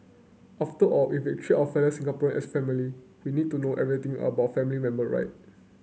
after all if we treat our fellow Singaporean as family we need to know everything about our family member right